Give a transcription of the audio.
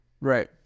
right